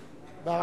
אלדד.